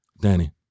Danny